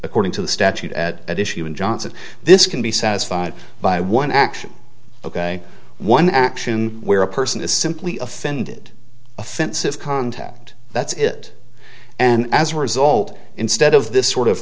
according to the statute at issue in johnson this can be satisfied by one action ok one action where a person is simply offended offensive contact that's it and as a result instead of this sort of